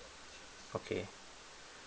okay